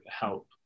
help